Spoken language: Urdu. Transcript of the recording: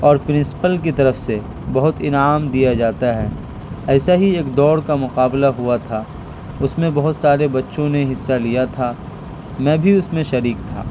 اور پرنسپل کی طرف سے بہت انعام دیا جاتا ہے ایسا ہی ایک دوڑ کا مقابلہ ہوا تھا اس میں بہت سارے بچوں نے حصہ لیا تھا میں بھی اس میں شریک تھا